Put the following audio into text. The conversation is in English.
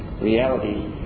reality